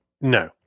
no